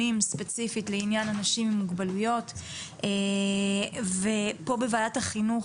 ספציפית לעניין אנשים עם מוגבלויות ופה בוועדת חינוך,